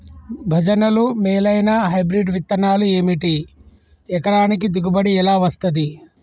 భజనలు మేలైనా హైబ్రిడ్ విత్తనాలు ఏమిటి? ఎకరానికి దిగుబడి ఎలా వస్తది?